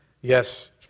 yes